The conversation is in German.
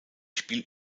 spielt